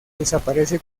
desaparece